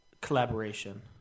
collaboration